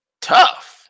tough